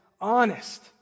honest